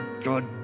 God